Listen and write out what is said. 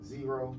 Zero